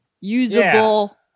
Usable